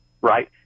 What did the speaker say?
Right